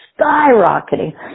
skyrocketing